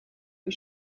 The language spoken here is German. die